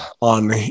on